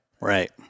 Right